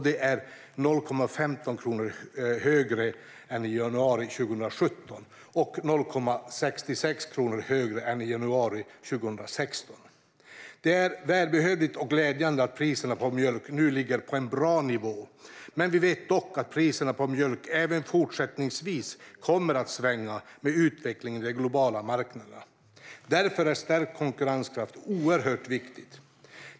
Det är 0,15 kronor högre än i januari 2017 och 0,66 kronor högre än i januari 2016. Det är välbehövligt och glädjande att priserna på mjölk nu ligger på en bra nivå. Vi vet dock att priserna på mjölk även fortsättningsvis kommer att svänga med utvecklingen i de globala marknaderna. Därför är stärkt konkurrenskraft oerhört viktigt.